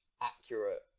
accurate